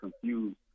confused